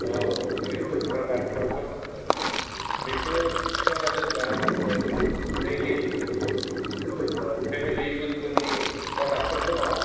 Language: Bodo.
औ बे प्रडाक्टफोराथ' बेखोथ' जेनेबा जोङो डैलि फेमिलि इउसफोरनि प्रडाक्टफोर दङ